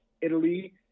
Italy